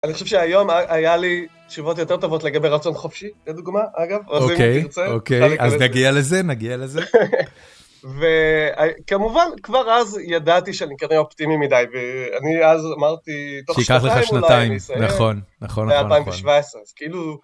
אני חושב שהיום היה לי תשובות יותר טובות לגבי רצון חופשי, לדוגמה, אגב. אוקיי, אוקיי, אז נגיע לזה, נגיע לזה. וכמובן, כבר אז ידעתי שאני כנראה אופטימי מדי, ואני אז אמרתי, תוך שנתיים לא הייתי סיימן. שיקח לך שנתיים, נכון, נכון, נכון, נכון. זה היה 2017, אז כאילו...